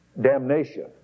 damnation